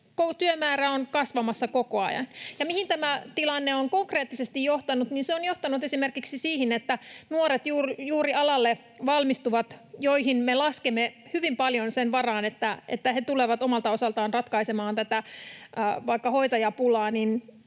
Työmäärä on kasvamassa koko ajan. Ja mihin tämä tilanne on konkreettisesti johtanut? Se on johtanut esimerkiksi siihen, että nuorilla, juuri alalle valmistuvilla, joiden varaan me laskemme hyvin paljon sen, että he tulevat omalta osaltaan ratkaisemaan vaikka tätä hoitajapulaa,